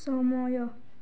ସମୟ